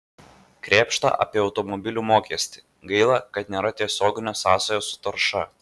krėpšta apie automobilių mokestį gaila kad nėra tiesioginių sąsajų su tarša